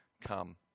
come